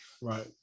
Right